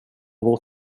vår